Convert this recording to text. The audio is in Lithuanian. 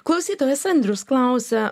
klausytojas andrius klausia